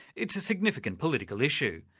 it's a significant political issue.